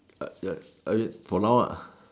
uh ya I mean for now lah